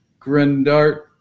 Grindart